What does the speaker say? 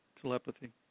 telepathy